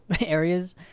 areas